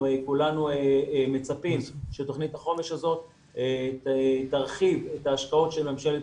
כולנו מצפים שתוכנית החומש הזאת תרחיב את ההשקעות של ממשלת